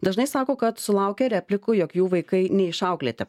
dažnai sako kad sulaukia replikų jog jų vaikai neišauklėti